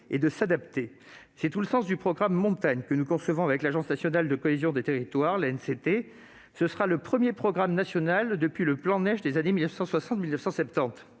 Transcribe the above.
et de s'adapter. C'est tout le sens du programme Montagne que nous concevons avec l'Agence nationale de la cohésion des territoires, l'ANCT. Il s'agit du premier programme national depuis le plan Neige des années 1960-1970.